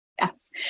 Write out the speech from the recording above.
Yes